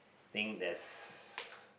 think there's